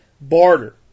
barter